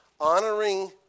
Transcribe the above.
honoring